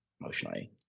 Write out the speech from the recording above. emotionally